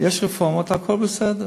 יש רפורמות, הכול בסדר.